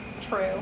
True